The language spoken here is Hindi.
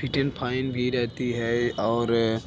फिट एन फाईन भी रहता है और